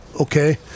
okay